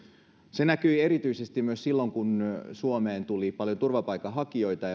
se näkyi erityisesti silloin kun suomeen tuli paljon turvapaikanhakijoita